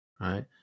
right